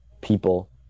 people